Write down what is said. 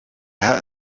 herr